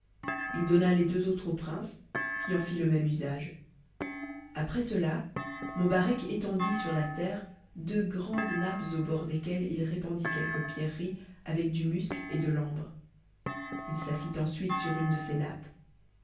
h donna les deux autres au prince qui en fit le même usage après cela mobarec étendit sur la terre deux grandes nappes aux bords desquelles il répandit quelques pierreries avec du musc et de t'ambre s'assit ensuite sur une de ces nappes